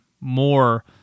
more